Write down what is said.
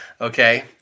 Okay